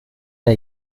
der